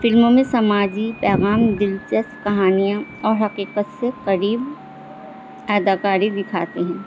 فلموں میں سماجی پیغام دلچسپ کہانیاں اور حقیقت سے قریب اداکاری دکھاتے ہیں